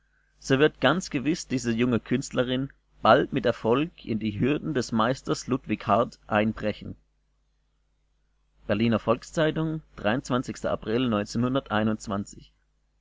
so wird ganz gewiß diese junge künstlerin bald mit erfolg in die hürden des meisters ludwig hardt einbrechen berliner volks-zeitung april